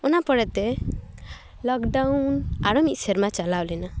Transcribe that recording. ᱚᱱᱟ ᱯᱚᱨᱮ ᱛᱮ ᱞᱚᱠᱰᱟᱭᱩᱱ ᱟᱨᱚ ᱢᱤᱫ ᱥᱮᱨᱢᱟ ᱪᱟᱞᱟᱣ ᱞᱮᱱᱟ